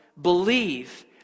believe